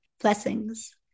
Blessings